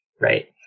Right